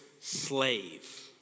slave